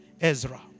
Ezra